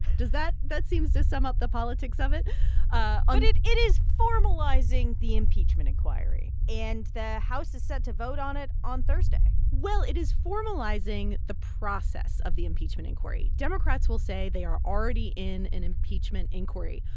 does that. that seems to sum up the politics of it ah but it it is formalizing the impeachment inquiry, and the house is set to vote on it on thursday well, it is formalizing the process of the impeachment inquiry. democrats will say they are already in an impeachment inquiry.